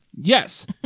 Yes